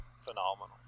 phenomenal